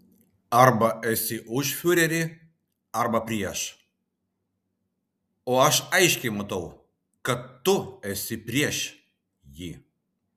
arba esi už fiurerį arba prieš o aš aiškiai matau kad tu esi prieš jį